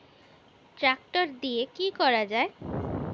Tractor দিয়ে কি করা যায়?